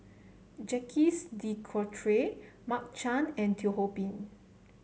Jacques De Coutre Mark Chan and Teo Ho Pin